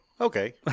Okay